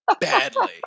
badly